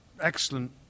excellent